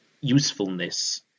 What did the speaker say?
usefulness